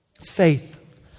Faith